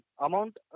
amount